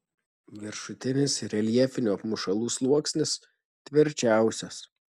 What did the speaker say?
viršutinis reljefinių apmušalų sluoksnis tvirčiausias